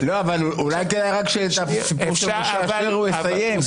אולי כדאי רק שאת הסיפור של משה אשר הוא יסיים.